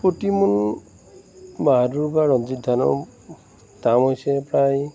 প্ৰতি মোনবাহাদুৰ বা ৰঞ্জিত ধানৰ দাম হৈছে প্ৰায়